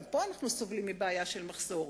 גם פה אנחנו סובלים מבעיה של מחסור.